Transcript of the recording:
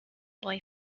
boy